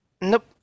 Nope